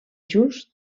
just